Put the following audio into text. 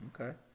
Okay